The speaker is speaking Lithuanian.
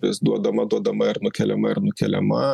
vis duodama duodama ir nukeliama ir nukeliama